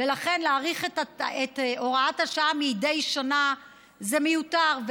ולכן להאריך את הוראת השעה מדי שנה זה מיותר,